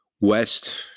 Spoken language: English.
West